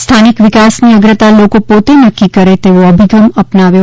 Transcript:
સ્થાનિક વિકાસ ની અગ્રતા લોકો પોતે નક્કી કરે તેવો અભિગમ અપનાવ્યો